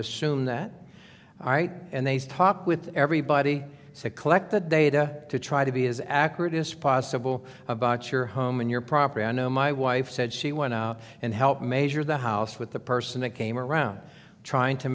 assume that all right and they stop with everybody to collect the data to try to be as accurate as possible about your home and your property i know my wife said she went out and helped measure the house with the person that came around trying to